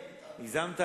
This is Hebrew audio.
הגזמת.